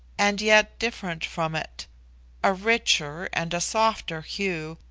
and yet different from it a richer and a softer hue,